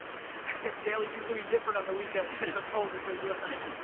dailyvee's gonna be different on the weekends. it's a whole different grind.